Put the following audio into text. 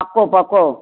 पको पको